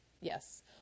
Yes